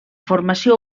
formació